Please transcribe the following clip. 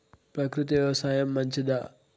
ప్రకృతి వ్యవసాయం మంచిదా?